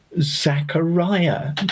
Zachariah